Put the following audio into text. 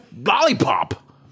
lollipop